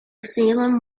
salem